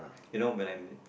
you know when I'm